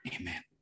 Amen